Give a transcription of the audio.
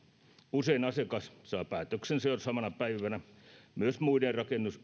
usein asiakas saa päätöksensä jo samana päivänä myös muiden